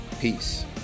Peace